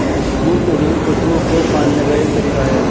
मुफ्त रेंज पशुओं को पालने का एक तरीका है